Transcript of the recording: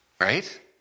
Right